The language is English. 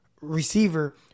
receiver